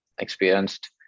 experienced